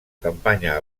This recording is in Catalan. campanya